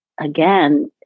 again